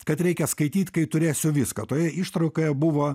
kad reikia skaityt kai turėsiu viską toje ištraukoje buvo